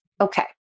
Okay